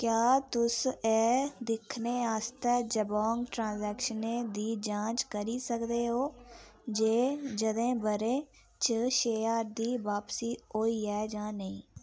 क्या तुस एह् दिक्खने आस्तै जबोंग ट्रांज़ैक्शनें दी जांच करी सकदे ओ जे जंदे ब'रै च छे ज्हार दी बापसी होई ऐ जां नेईं